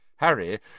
Harry